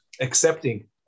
accepting